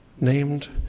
named